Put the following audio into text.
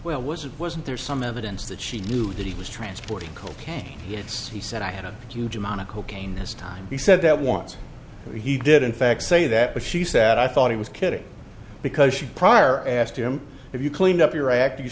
well was it wasn't there some evidence that she knew that he was transporting cocaine yes he said i had a huge amount of cocaine this time he said that once he did in fact say that but she said i thought he was kidding because she prior asked him if you cleaned up your act you